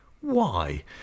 Why